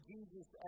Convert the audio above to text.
Jesus